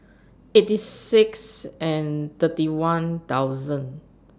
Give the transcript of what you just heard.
eighty six and thirty one thousand